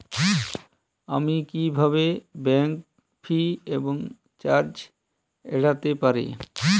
আমি কিভাবে bank fee এবং চার্জ এড়াতে পারি?